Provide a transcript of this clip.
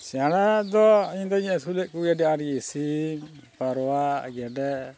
ᱪᱮᱲᱮ ᱫᱚ ᱤᱧ ᱫᱩᱧ ᱟᱹᱥᱩᱞᱮᱫ ᱠᱚᱜᱮ ᱟᱹᱰᱤ ᱟᱸᱴ ᱜᱮ ᱥᱤᱱ ᱯᱟᱣᱨᱟ ᱜᱮᱰᱮ